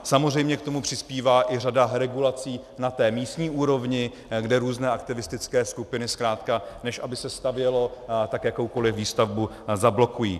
Samozřejmě k tomu přispívá i řada regulací na té místní úrovni, kde různé aktivistické skupiny zkrátka, než aby se stavělo, tak jakoukoliv výstavbu zablokují.